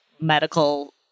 medical